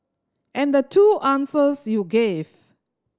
and the two answers you gave